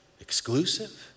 exclusive